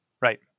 Right